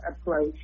approach